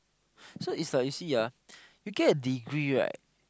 so it's like you see ah you get a degree right